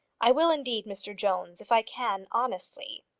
i will indeed, mr jones, if i can honestly.